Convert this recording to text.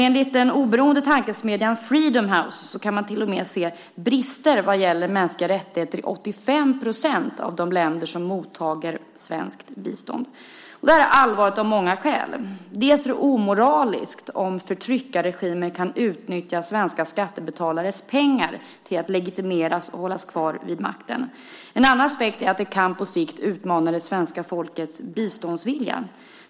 Enligt den oberoende tankesmedjan Freedom House kan man se brister vad gäller mänskliga rättigheter i 85 % av de länder som tar emot svenskt bistånd. Detta är allvarligt av många skäl. Det är omoraliskt om förtryckarregimer kan utnyttja svenska skattebetalares pengar för att legitimera sitt styre och hålla sig kvar vid makten. En annan aspekt är att detta på sikt kan utmana det svenska folkets biståndsvilja.